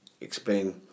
explain